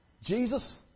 Jesus